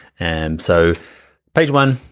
and so page one,